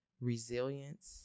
resilience